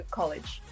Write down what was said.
college